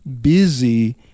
busy